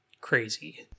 crazy